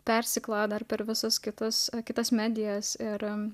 persikloja dar per visus kitus ar kitas medijas ir